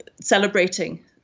celebrating